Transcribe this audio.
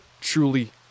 truly